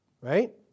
right